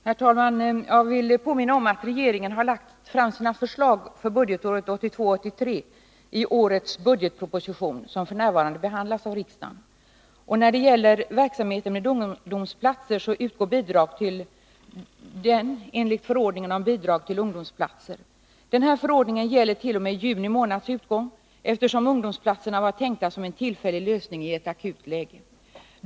Herr talman! Jag vill påminna om att regeringen har lagt fram sina förslag för budgetåret 1982/83 i årets budgetproposition, som f. n. behandlas av riksdagen. För verksamheten med ungdomsplatser utgår bidrag enligt förordningen om bidrag till ungdomsplatser. Den förordningen gäller t.o.m. juni månads utgång, eftersom ungdomsplatserna var tänkta som en tillfällig lösning i ett akut läge.